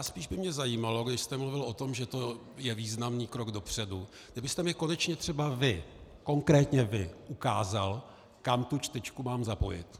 Spíš by mě zajímalo, když jste mluvil o tom, že to je významný krok dopředu, kdybyste mi konečně třeba vy, konkrétně vy ukázal, kam tu čtečku mám zapojit.